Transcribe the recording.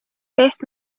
beth